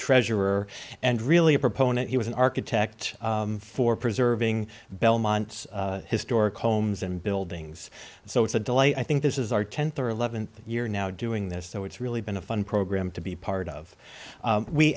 treasurer and really a proponent he was an architect for preserving belmont's historic homes and buildings so it's a delight i think this is our tenth or eleventh year now doing this so it's really been a fun program to be part of